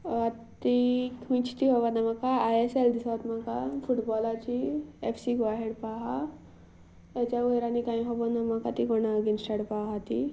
आतां ती खंयची ती खबर ना म्हाका आय एस एल दिसता म्हाका फुटबॉलाची एफ सी गोवा खेळपा आसा ताच्या वयर आनी कांय खबर ना म्हाका ती कोणा अगेन्स्ट खेळपा आसा ती